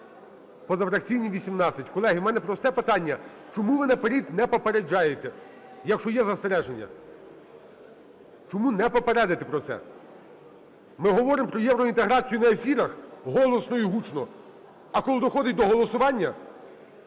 позафракційні – 18. Колеги, в мене просте питання. Чому ви наперед не попереджаєте, якщо є застереження? Чому не попередити поправка про це? Ми говоримо про євроінтеграцію на ефірах голосно і гучно, але коли доходить до голосування,